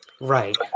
Right